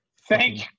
Thank